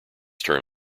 term